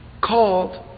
called